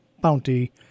bounty